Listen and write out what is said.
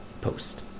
post